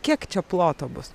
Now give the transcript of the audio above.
kiek čia ploto bus